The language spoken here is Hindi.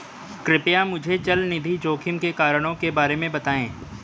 कृपया मुझे चल निधि जोखिम के कारणों के बारे में बताएं